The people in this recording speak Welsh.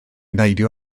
neidio